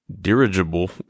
dirigible